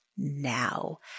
now